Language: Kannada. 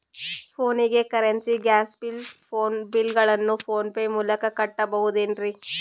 ಫೋನಿಗೆ currency, gas bill, phone bill ಗಳನ್ನು ಫೋನ್ ಪೇ ಮೂಲಕ ಕಟ್ಟಬಹುದೇನ್ರಿ?